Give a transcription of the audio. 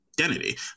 Identity